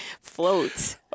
floats